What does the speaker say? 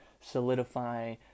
solidify